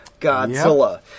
Godzilla